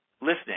listening